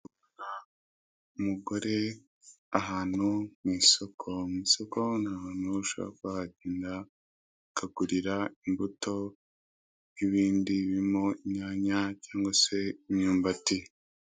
Umugore ahantu mu isoko. Mu isoko ni ahantu ushobora kuba wagenda ukagurira imbuto n'ibindi birimo inyanya cyangwa se imyumbati.